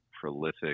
prolific